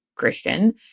Christian